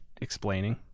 explaining